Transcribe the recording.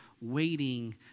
waiting